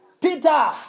Peter